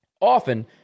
often